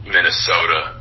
Minnesota